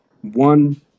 one